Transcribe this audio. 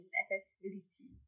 accessibility